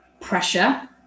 pressure